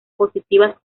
positivas